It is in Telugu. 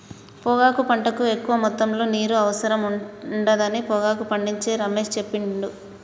పొగాకు పంటకు ఎక్కువ మొత్తములో నీరు అవసరం ఉండదని పొగాకు పండించే రమేష్ చెప్పబట్టిండు